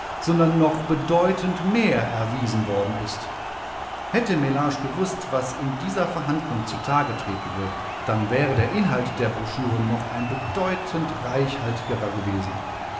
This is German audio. sondern noch bedeutend mehr erwiesen worden ist hätte mellage gewußt was in dieser verhandlung zutage treten wird dann wäre der inhalt der broschüre noch ein bedeutend reichhaltigerer gewesen